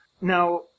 Now